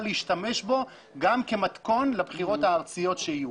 להשתמש בו גם כמתכון לבחירות הארציות שיהיו.